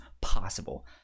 possible